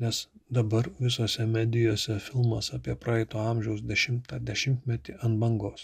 nes dabar visose medijose filmas apie praeito amžiaus dešimtą dešimtmetį ant bangos